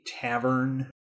tavern